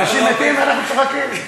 אנשים מתים ואנחנו צוחקים.